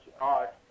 art